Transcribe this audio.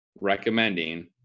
recommending